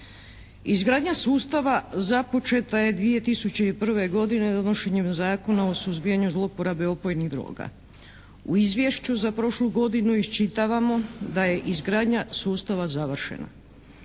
Izgradnja sustava započeta je 2001. godine donošenjem Zakona o suzbijanju zlouporabe opojnih droga. U izvješću za prošlu godinu isčitavamo da je izgradnja sustava završena.